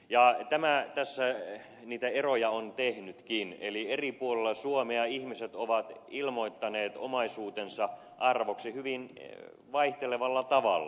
ja tämä tässä niitä eroja on tehnytkin eli eri puolilla suomea ihmiset ovat ilmoittaneet omaisuutensa arvon hyvin vaihtelevalla tavalla